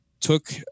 took